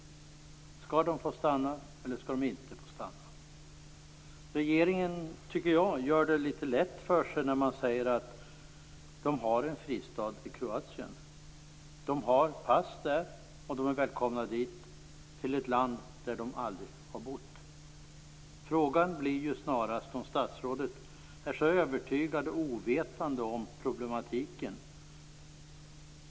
Skall de få stanna eller skall de inte få stanna? Jag tycker att regeringen gör det litet lätt för sig när man säger att de har en fristad i Kroatien. De har kroatiskt pass och är välkomna dit, till ett land där de aldrig har bott. Frågan blir snarast om statsrådet är så övertygat ovetande om problematiken.